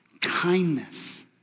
kindness